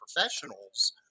professionals